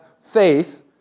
faith